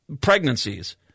pregnancies